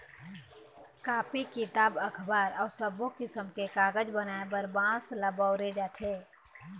copy, किताब, अखबार अउ सब्बो किसम के कागज बनाए बर बांस ल बउरे जाथे